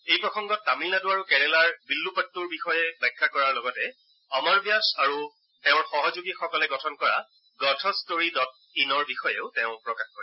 এই প্ৰসংগত তমিলনাডু আৰু কেৰালাৰ ৱিল্লু পাটুৰ বিষয়ে ব্যাখ্যা কৰাৰ লগতে অমৰ ব্যাস আৰু তেওঁৰ সহযোগীসকলে গঠন কৰা গঠিষ্টৰী ডট ইনৰ বিষয়েও প্ৰকাশ কৰে